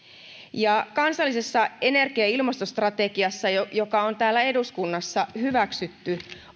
kansallisessa energia ja ilmastostrategiassa joka on täällä eduskunnassa hyväksytty